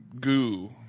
goo